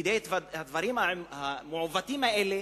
כדי לתקן את הדברים המעוותים האלה.